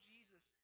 Jesus